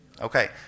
Okay